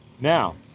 Now